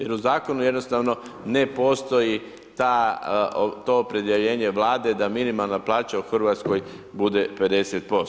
Jer u zakonu jednostavno ne postoji ta, to opredjeljenje Vlade da minimalna plaća u Hrvatskoj bude 50%